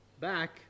back